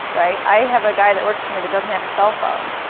right. i have a guy that works for me that doesn't have a cell phone.